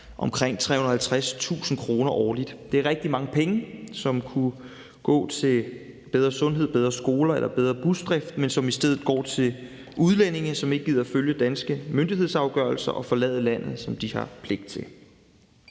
omkring 350.000 kr. årligt. Det er rigtig mange penge, som kunne gå til bedre sundhed, bedre skoler eller bedre busdrift, men som i stedet går til udlændinge, som ikke gider at følge danske myndighedsafgørelser og forlade landet, som de har pligt til.